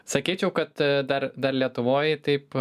sakyčiau kad dar dar lietuvoj taip